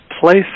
place